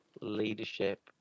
leadership